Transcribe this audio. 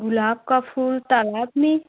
गुलाब का फूल तालाब में